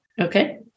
Okay